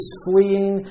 fleeing